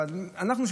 אבל אנחנו,